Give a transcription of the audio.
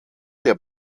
der